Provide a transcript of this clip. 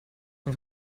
und